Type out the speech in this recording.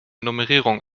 nummerierung